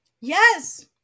Yes